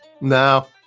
No